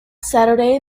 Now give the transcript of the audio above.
saturday